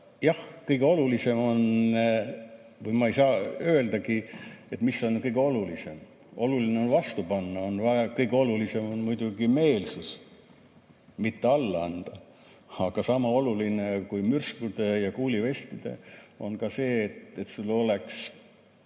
kõige olulisem on ... Ma ei saagi öelda, mis on kõige olulisem. Oluline on vastu panna. Kõige olulisem on muidugi meelsus, mitte alla anda. Aga sama oluline kui mürsud ja kuulivestid on ka see, et sul oleks